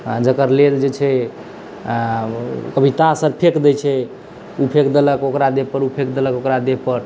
आ जकर लेल जे छै कभी तास आर फेक दै छै ओ फेक देलक ओकरा देह पर ओ फेक देलक ओकरा देह पर